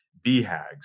BHAGs